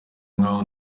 nk’aho